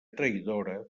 traïdora